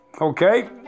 Okay